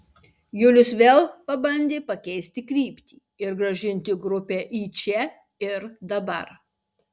julius vėl pabandė pakeisti kryptį ir grąžinti grupę į čia ir dabar